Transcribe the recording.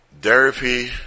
therapy